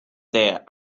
there